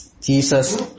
Jesus